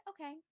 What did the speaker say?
okay